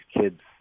kids